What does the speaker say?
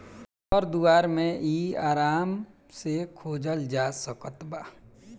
घर दुआर मे इ आराम से खोजल जा सकत बा